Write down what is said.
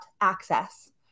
access